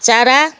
चरा